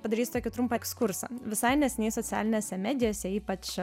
padarysiu tokį trumpą ekskursą visai neseniai socialinėse medijose ypač